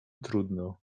trudno